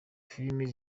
film